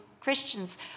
Christians